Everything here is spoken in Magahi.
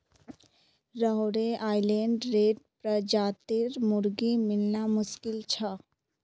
रहोड़े आइलैंड रेड प्रजातिर मुर्गी मिलना मुश्किल छ